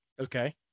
Okay